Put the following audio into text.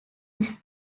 his